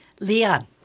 Leon